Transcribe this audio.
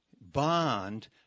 bond